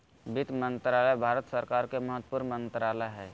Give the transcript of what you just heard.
वित्त मंत्रालय भारत सरकार के महत्वपूर्ण मंत्रालय हइ